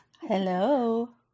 hello